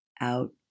out